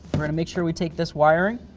we're going to make sure we take this wiring.